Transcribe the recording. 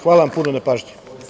Hvala vam puno na pažnji.